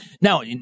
Now